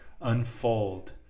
unfold